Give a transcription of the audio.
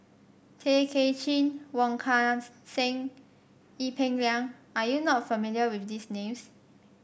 Tay Kay Chin Wong Kan Seng Ee Peng Liang are you not familiar with these names